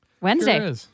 Wednesday